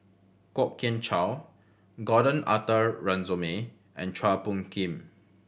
Kwok Kian Chow Gordon Arthur Ransome and Chua Phung Kim